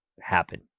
happen